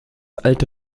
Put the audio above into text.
alte